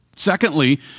Secondly